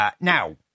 Now